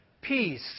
Peace